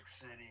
City